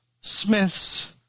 Smith's